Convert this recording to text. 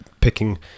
picking